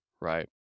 right